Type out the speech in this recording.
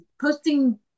posting